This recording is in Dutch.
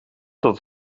dat